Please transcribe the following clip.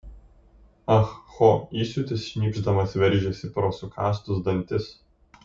ah ho įsiūtis šnypšdamas veržėsi pro sukąstus dantis